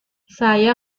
saya